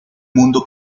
mundo